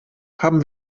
haben